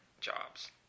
jobs